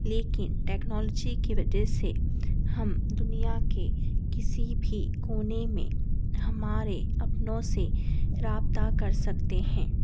لیکن ٹیکنالوجی کی وجہ سے ہم دنیا کے کسی بھی کونے میں ہمارے اپنوں سے رابطہ کر سکتے ہیں